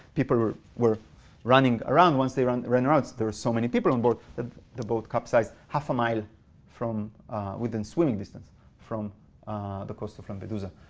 people were were running. around once they ran ran around, so were so many people on board, that the boat capsized half a mile from within swimming distance from the coast of lampedusa.